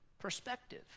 perspective